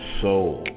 soul